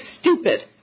stupid